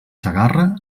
segarra